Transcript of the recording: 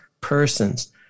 persons